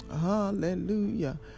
Hallelujah